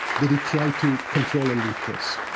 that it tried to control and repress,